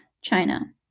China